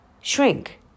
shrink